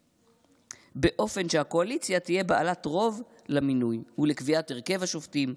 באופן שהקואליציה תהיה בעלת רוב במינוי ובקביעת הרכב השופטים,